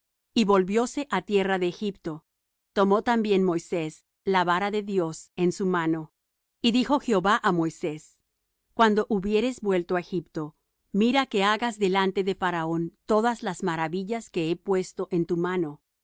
y volvióse á tierra de egipto tomó también moisés la vara de dios en su mano y dijo jehová á moisés cuando hubiereis vuelto á egipto mira que hagas delante de faraón todas las maravillas que he puesto en tu mano